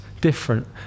different